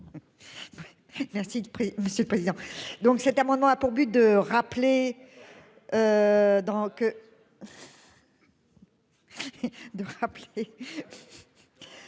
Merci monsieur le président. Donc cet amendement a pour but de rappeler. Donc. De rappeler.